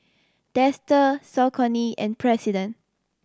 Dester Saucony and President